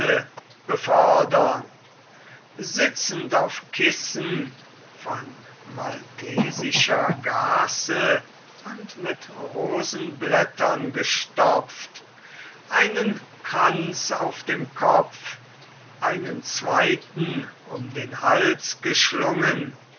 befördern sitzend auf kissen von maltesischer gaze und mit rosenblättern gestopft einen kranz auf dem kopf einen zweiten um den hals geschlungen